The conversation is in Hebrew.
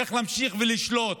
של איך להמשיך ולשלוט.